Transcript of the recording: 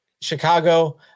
Chicago